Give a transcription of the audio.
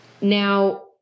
Now